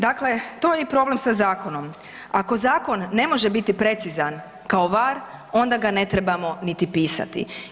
Dakle, to je i problem sa zakonom, ako zakon ne može biti precizan kao VAR onda ga ne trebamo niti pisati.